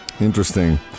interesting